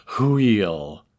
wheel